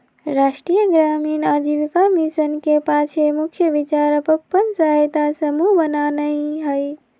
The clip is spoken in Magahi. राष्ट्रीय ग्रामीण आजीविका मिशन के पाछे मुख्य विचार अप्पन सहायता समूह बनेनाइ हइ